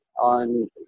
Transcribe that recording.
on